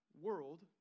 world